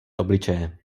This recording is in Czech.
obličeje